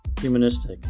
Humanistic